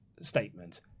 statement